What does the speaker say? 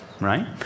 right